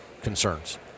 concerns